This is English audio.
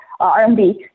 RMB